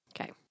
Okay